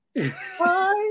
Hi